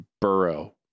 Burrow